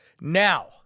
Now